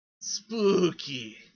Spooky